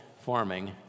farming